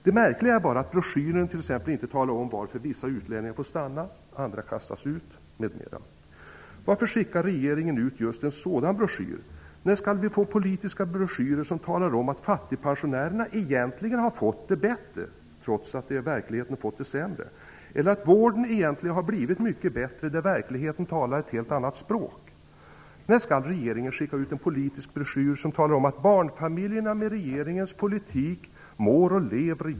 Det märkliga är bara att broschyren inte talar om varför vissa utlänningar får stanna och andra kastas ut m.m. Varför skickar regeringen ut just en sådan broschyr? När skall vi få politiska broschyrer som talar om att fattigpensionärerna egentligen har fått det bättre, trots att de i verkligheten har fått det sämre, eller att vården egentligen har blivit mycket bättre, när verkligheten talar ett helt annat språk?